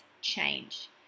change